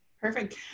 Perfect